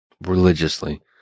religiously